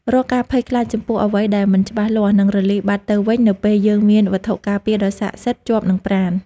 រាល់ការភ័យខ្លាចចំពោះអ្វីដែលមិនច្បាស់លាស់នឹងរលាយបាត់ទៅវិញនៅពេលយើងមានវត្ថុការពារដ៏ស័ក្តិសិទ្ធិជាប់នឹងប្រាណ។